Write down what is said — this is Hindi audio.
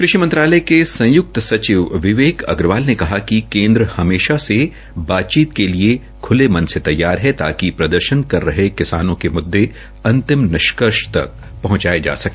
कृषि मंत्रालय के संयुक्त सचिव विवेक अग्रवाल ने कहा कि केन्द्र हमेश से बातचीत के लिए खूले मन से तैयार है ताकि प्रदर्शन कर रहे किसानों के मृददे अंतिम निष्कर्ष तक पहंचाये जा सके